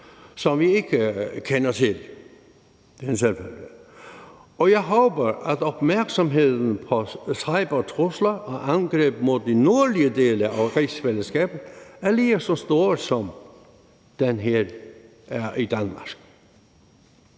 som vi ikke kender til, og jeg håber, at opmærksomheden på cybertrusler og -angreb mod de nordlige dele af rigsfællesskabet er lige så stor, som den er i Danmark.